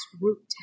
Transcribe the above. root